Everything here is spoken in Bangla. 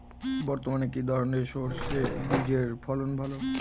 বর্তমানে কি ধরনের সরষে বীজের ফলন ভালো?